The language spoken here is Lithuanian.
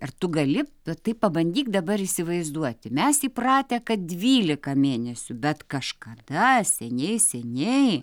ar tu gali tai pabandyk dabar įsivaizduoti mes įpratę kad dvylika mėnesių bet kažkada seniai seniai